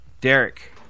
Derek